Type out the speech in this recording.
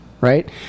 Right